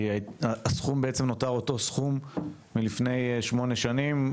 שהסכום נותר אותו סכום מלפני שמונה שנים,